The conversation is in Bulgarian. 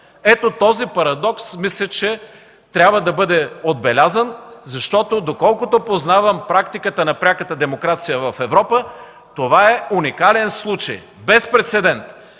Ето този парадокс мисля, че трябва да бъде отбелязан, защото, доколкото познавам практиката на пряката демокрация в Европа, това е уникален случай, безпрецедентен